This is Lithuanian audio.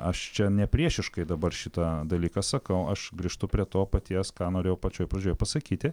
aš čia nepriešiškai dabar šitą dalyką sakau aš grįžtu prie to paties ką norėjau pačioj pradžioj pasakyti